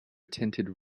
tinted